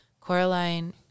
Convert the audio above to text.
Coraline